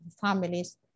families